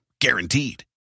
guaranteed